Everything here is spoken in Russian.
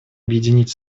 объединить